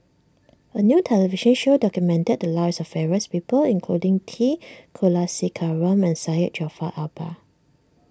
a new television show documented the lives of various people including T Kulasekaram and Syed Jaafar Albar